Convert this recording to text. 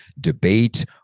debate